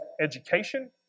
education